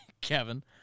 Kevin